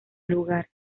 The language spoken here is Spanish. lugar